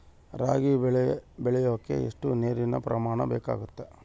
ರಾಗಿ ಬೆಳೆ ಬೆಳೆಯೋಕೆ ಎಷ್ಟು ನೇರಿನ ಪ್ರಮಾಣ ಬೇಕಾಗುತ್ತದೆ?